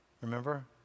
Remember